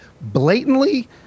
blatantly